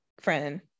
friend